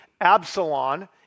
Absalom